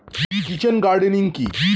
Kitchen gardening কি?